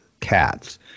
cats